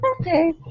Okay